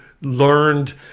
learned